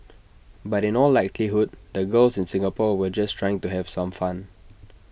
but in all likelihood the girls in Singapore were just trying to have some fun